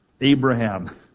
Abraham